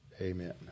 Amen